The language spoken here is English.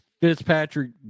Fitzpatrick